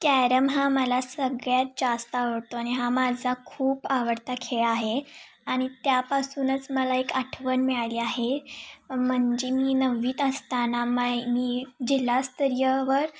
carrom हा मला सगळ्यात जास्त आवडतो आणि हा माझा खूप आवडता खेळ आहे आणि त्यापासूनच मला एक आठवण मिळाली आहे म्हणजे मी नववीत असताना माय मी जिल्हास्तरीयवर